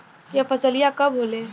यह फसलिया कब होले?